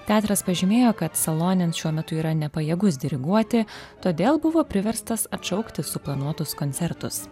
teatras pažymėjo kad salonen šiuo metu yra nepajėgus diriguoti todėl buvo priverstas atšaukti suplanuotus koncertus